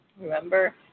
remember